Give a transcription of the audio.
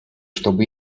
чтоб